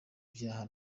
byaha